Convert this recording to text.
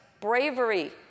Bravery